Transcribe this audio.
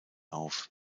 auf